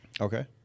Okay